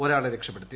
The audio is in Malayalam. ഒരാളെ രക്ഷപ്പെടുത്തി